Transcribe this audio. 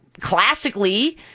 classically